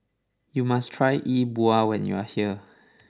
you must try E Bua when you are here